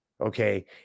Okay